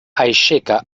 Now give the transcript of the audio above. aixeca